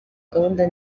gahunda